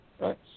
right